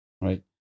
Right